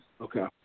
Okay